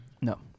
No